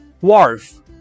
Wharf